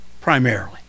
primarily